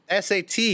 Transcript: SAT